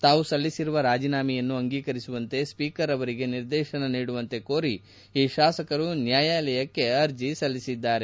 ತಾವು ಸಲ್ಲಿಸಿರುವ ರಾಜೀನಾಮೆಯನ್ನು ಅಂಗೀಕರಿಸುವಂತೆ ಸ್ವೀಕರ್ ಅವರಿಗೆ ನಿರ್ದೇತನ ನೀಡುವಂತೆ ಕೋರಿ ಈ ಶಾಸಕರು ನ್ಯಾಯಾಲಯಕೆ ಅರ್ಜಿ ಸಲ್ಲಿಸಿದ್ದಾರೆ